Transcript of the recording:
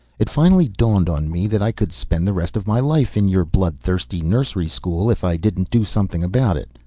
it finally dawned on me that i could spend the rest of my life in your blood-thirsty nursery school if i didn't do something about it.